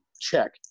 Check